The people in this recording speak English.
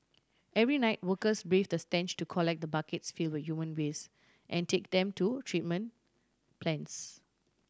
every night workers braved the stench to collect the buckets fill with human waste and take them to treatment plants